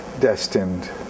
destined